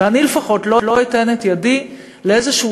ואני לפחות לא אתן את ידי לאיזשהו